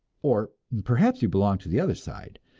or perhaps you belong to the other side,